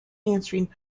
answering